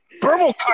Purple